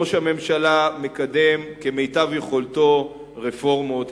ראש הממשלה מקדם כמיטב יכולתו רפורמות,